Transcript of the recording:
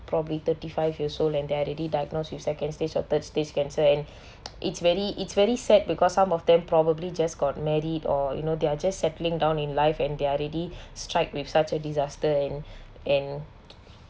probably thirty five years old and they are already diagnosed with second stage or third stage cancer and it's very it's very sad because some of them probably just got married or you know they are just settling down in life and they are already strike with such a disaster and and